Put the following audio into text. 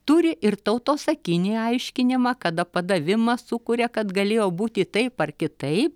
turi ir tautosakinį aiškinimą kada padavimą sukuria kad galėjo būti taip ar kitaip